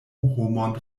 homon